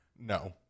No